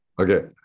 Okay